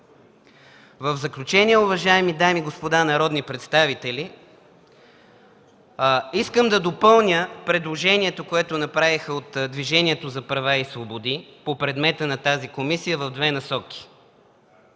В заключение, уважаеми дами и господа народни представители, искам да допълня предложението, което направиха от Движението за права и свободи по предмета на тази комисия, в две насоки.